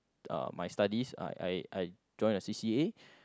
uh my studies I I I join a C_c_A